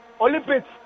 Olympics